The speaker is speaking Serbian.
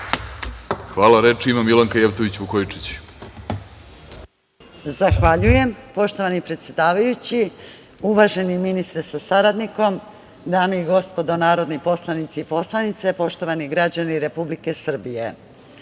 Vukojičić. **Milanka Jevtović Vukojičić** Zahvaljujem, poštovani predsedavajući, uvaženi ministre, sa saradnikom, dame i gospodo narodni poslanici i poslanice, poštovani građani Republike Srbije,